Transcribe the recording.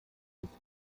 dieses